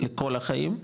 לכל החיים,